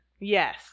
Yes